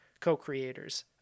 co-creators